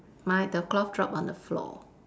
mine the cloth drop on the floor